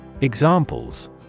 Examples